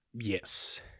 Yes